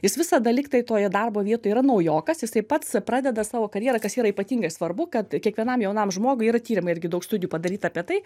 jis visada lyg tai toje darbo vietoje yra naujokas jisai pats pradeda savo karjerą kas yra ypatingai svarbu kad kiekvienam jaunam žmogui yra tyrimai irgi daug studijų padaryta apie tai